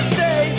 say